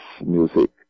music